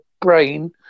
brain